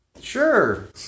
Sure